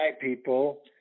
people